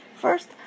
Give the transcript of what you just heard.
First